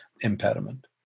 impediment